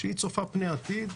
שהיא צופה פני עתיד,